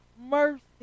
mercy